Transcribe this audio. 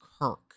Kirk